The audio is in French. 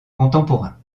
contemporains